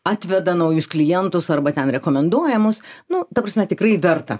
atveda naujus klientus arba ten rekomenduojamus nu ta prasme tikrai verta